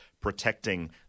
protecting